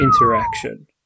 interaction